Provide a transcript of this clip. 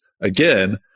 again